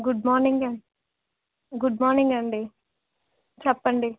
good morning good morning అండి చెప్పండి